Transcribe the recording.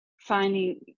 finding